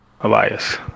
Elias